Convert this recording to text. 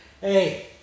Hey